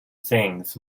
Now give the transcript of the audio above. sings